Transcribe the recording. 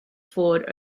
forward